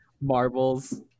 Marbles